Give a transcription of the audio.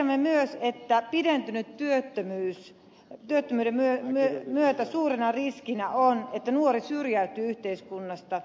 me tiedämme myös että pidentyneen työttömyyden myötä suurena riskinä on että nuori syrjäytyy yhteiskunnasta